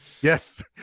yes